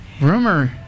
Rumor